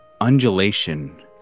undulation